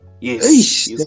Yes